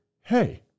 Hey